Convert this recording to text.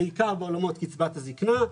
בעיקר בעולמות קצבת הזקנה,